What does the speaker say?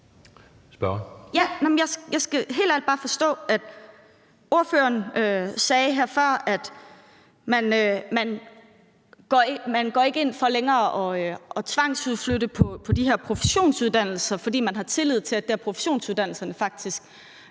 Jeg skal helt ærligt bare forstå det. Ordføreren sagde her før, at man ikke længere går ind for at tvangsudflytte de her professionsuddannelser, fordi man har tillid til, at man på professionsuddannelserne har